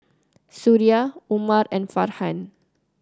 Suria Umar and Farhan